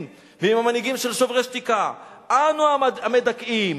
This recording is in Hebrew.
ומהמנהיגים של "שוברים שתיקה": "אנו המדכאים,